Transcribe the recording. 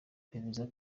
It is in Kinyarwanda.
bemeza